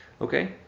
Okay